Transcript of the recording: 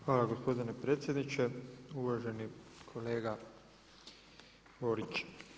Hvala gospodine predsjedniče, uvaženi kolega Borić.